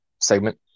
segment